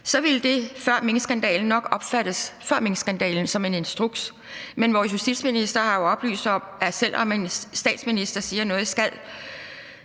ville det før minkskandalen nok blive opfattet som en instruks, men vores justitsminister har jo oplyst om, at selv om en statsminister siger, at noget skal